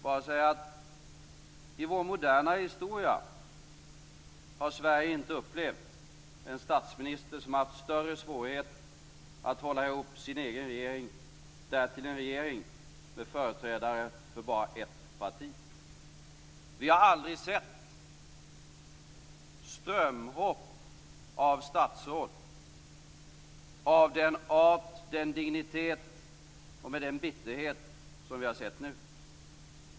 Men Sverige har i vår moderna historia inte upplevt någon statsminister med större svårigheter att hålla ihop sin egen regering, därtill en regering med företrädare för bara ett parti. Vi har aldrig tidigare sett strömhopp av statsråd av den art, den dignitet och med den bitterhet som vi ser nu.